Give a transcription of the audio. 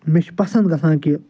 مےٚ چھُ پسنٛد گژھان کہِ